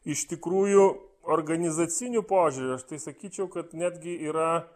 iš tikrųjų organizaciniu požiūriu sakyčiau kad netgi yra